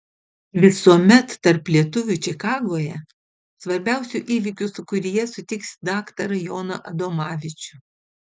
visuomet tarp lietuvių čikagoje svarbiausių įvykių sūkuryje sutiksi daktarą joną adomavičių